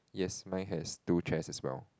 yes mine has two chairs as well